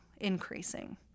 increasing